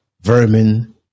vermin